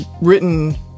written